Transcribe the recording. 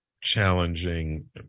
challenging